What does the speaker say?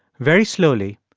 very slowly,